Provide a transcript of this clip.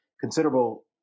considerable